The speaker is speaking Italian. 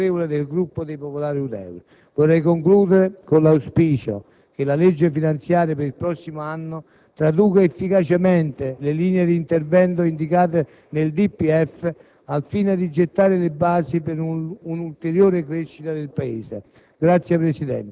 ribadisce nella risoluzione sulla quale preannunzio fin d'ora il voto favorevole del Gruppo Misto-Popolari-Udeur. Vorrei concludere il mio intervento, auspicando che la legge finanziaria per il prossimo anno traduca efficacemente le linee di intervento indicate nel